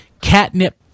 Catnip